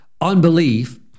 unbelief